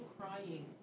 crying